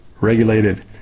regulated